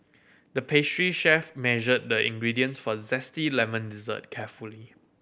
the pastry chef measured the ingredients for zesty lemon dessert carefully